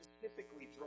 specifically